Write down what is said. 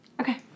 Okay